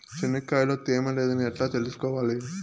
చెనక్కాయ లో తేమ లేదని ఎట్లా తెలుసుకోవాలి?